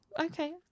Okay